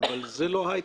אבל זה לא היי-טק.